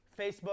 Facebook